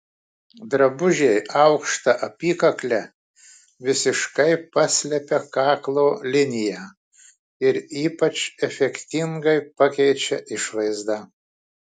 drabužiai aukšta apykakle visiškai paslepia kaklo liniją ir ypač efektingai pakeičia išvaizdą